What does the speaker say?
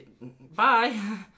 Bye